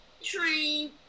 train